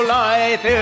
life